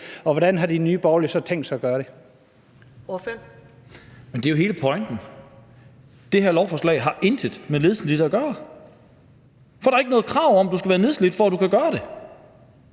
Ordføreren. Kl. 15:37 Lars Boje Mathiesen (NB): Men det er jo hele pointen: Det her lovforslag har intet med nedslidte at gøre, for der er ikke noget krav om, at du skal være nedslidt, for at du kan gøre det.